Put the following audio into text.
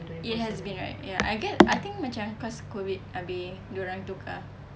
it has been right ya I get I think macam cause COVID abeh dia orang tukar